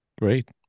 Great